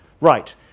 Right